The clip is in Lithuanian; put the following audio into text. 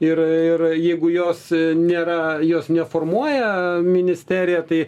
ir ir jeigu jos nėra jos neformuoja ministerija tai